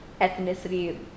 ethnicity